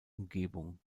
umgebung